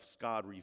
God